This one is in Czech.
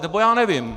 Nebo já nevím!